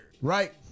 Right